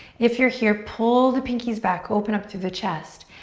if you're here pull the pinkies back, open up through the chest.